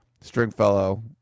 Stringfellow